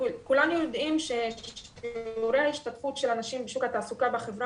כולנו יודעים ששיעורי ההשתתפות של הנשים בשוק התעסוקה בחברה